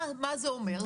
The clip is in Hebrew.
מה זה אומר?